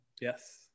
Yes